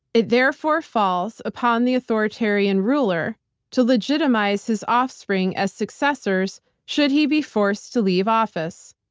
it therefore falls upon the authoritarian ruler to legitimize his offspring as successors should he be forced to leave office.